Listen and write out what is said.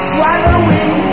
Swallowing